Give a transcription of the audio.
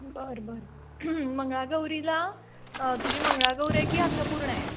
बरं बरं मंगळागौरीला तुझी मंगळागौर आहे की अन्नपूर्णा आहे